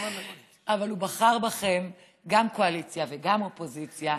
הוא בחר בכם, גם קואליציה וגם אופוזיציה,